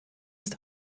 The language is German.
ist